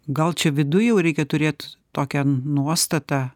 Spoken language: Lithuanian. gal čia vidujjau reikia turėt tokią nuostatą